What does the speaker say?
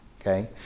okay